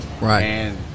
Right